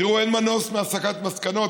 תראו, אין מנוס מהסקת מסקנות.